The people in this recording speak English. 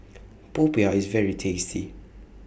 Popiah IS very tasty